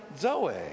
Zoe